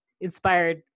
inspired